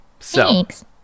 Thanks